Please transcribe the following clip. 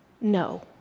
no